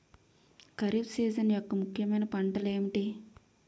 Kharif season యెక్క ముఖ్యమైన పంటలు ఏమిటీ?